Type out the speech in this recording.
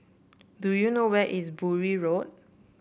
do you know where is Bury Road